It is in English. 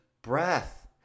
Breath